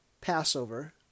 Passover